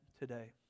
today